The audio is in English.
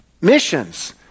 Missions